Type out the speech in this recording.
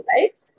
right